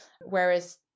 Whereas